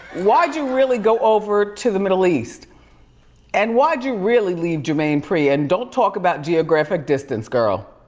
why'd you really go over to the middle east and why'd you really leave jermaine pri? and don't talk about geographic distance, girl.